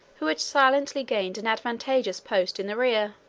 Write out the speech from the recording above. who had silently gained an advantageous post in their rear.